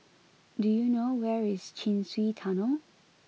do you know where is Chin Swee Tunnel